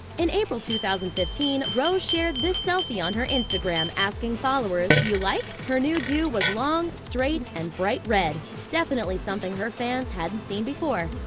in april two thousand and fifteen, rose shared this selfie on her instagram, asking followers, u like? her new do was long, straight, and bright red definitely something her fans hadn't seen before.